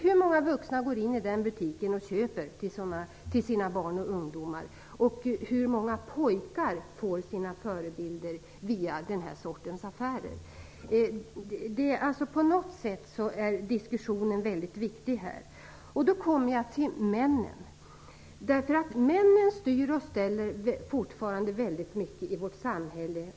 Hur många vuxna går in i den butiken och köper till sina barn och ungdomar? Hur många pojkar får sina förebilder via den sortens affärer? Denna diskussion är väldigt viktig. Och nu kommer jag till männen. Männen styr och ställer fortfarande väldigt mycket i vårt samhälle.